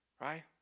right